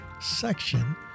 section